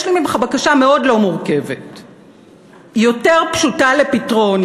יש לי אליך בקשה מאוד לא מורכבת ויותר פשוטה לפתרון